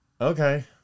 okay